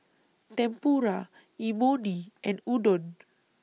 Tempura Imoni and Udon